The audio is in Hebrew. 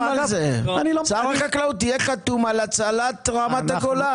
שר החקלאות, תהיה חתום על הצלת רמת הגולן.